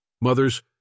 Mothers